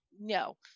no